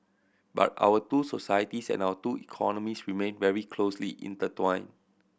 but our two societies and our two economies remained very closely intertwined